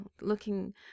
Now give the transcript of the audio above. looking